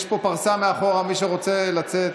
יש פה פרסה מאחור למי שרוצה לצאת.